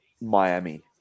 Miami